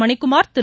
Manikumar Thiru